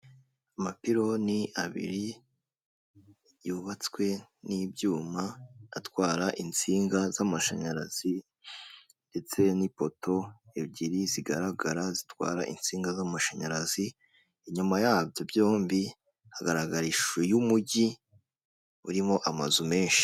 Amapironi abiri yubatswe n'ibyuma atwara insinga z'amashanyarazi ndetse n'ipoto ebyiri zigaragara zitwara insinga z'amashanyarazi, inyuma yabyo byombi hagaragara ishusho y'umujyi urimo amazu menshi.